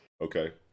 Okay